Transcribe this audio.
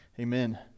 Amen